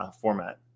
format